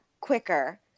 quicker